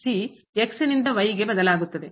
ನಿಂದ ಗೆ ಬದಲಾಗುತ್ತದೆ